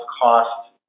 cost